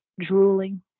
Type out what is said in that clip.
drooling